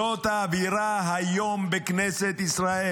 זאת האווירה היום בכנסת ישראל,